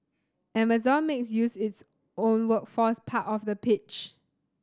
Amazon makes use its own workforce part of the pitch